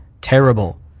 terrible